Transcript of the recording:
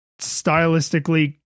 stylistically